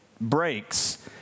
breaks